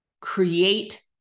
create